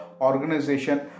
organization